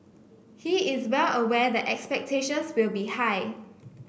he is well aware that expectations will be high